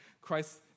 Christ